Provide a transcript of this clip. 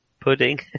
pudding